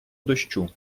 дощу